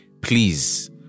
please